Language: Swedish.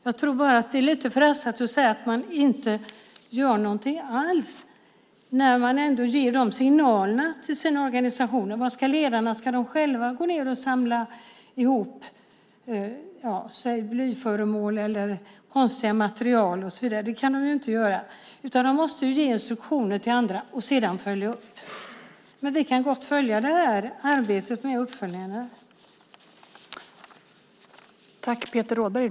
Jag tror bara att det är lite förhastat att säga att man inte gör någonting alls när man ändå ger de signalerna till sina organisationer. Vad ska ledarna göra? Ska de själva gå ned och samla ihop blyföremål, konstiga material och så vidare? Det kan de ju inte göra. De måste ge instruktioner till andra och sedan följa upp. Men vi kan gott följa arbetet med uppföljningarna.